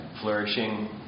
flourishing